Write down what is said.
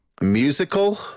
Musical